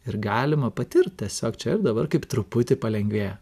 ir galima patirt tiesiog čia ir dabar kaip truputį palengvėjo